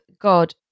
god